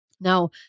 Now